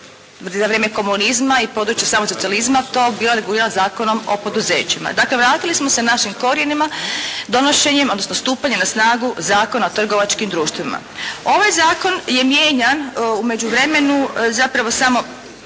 za vrijeme komunizma i područja samog socijalizma to bilo regulirano zakonom o poduzećima. Dakle, vratili smo se našim korijenima donošenjem, odnosno stupanjem na snagu Zakona o trgovačkim društvima. Ovaj zakon je mijenjan u međuvremenu zapravo samo